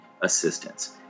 assistance